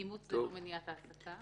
אימוץ --- מניעת העסקה.